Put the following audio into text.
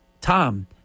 Tom